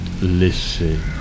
listen